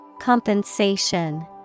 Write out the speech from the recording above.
Compensation